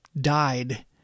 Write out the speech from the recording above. died